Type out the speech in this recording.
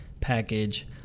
package